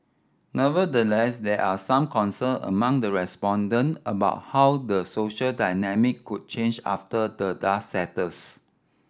nevertheless there are some concern among the respondent about how the social dynamic could change after the dust settles